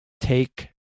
take